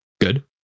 good